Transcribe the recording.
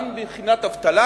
גם מבחינת אבטלה.